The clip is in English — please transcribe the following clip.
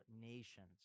nations